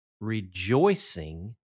rejoicing